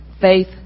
faith